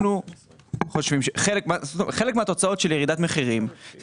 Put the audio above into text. אנחנו חושבים שחלק מהתוצאות של ירידת מחירים הן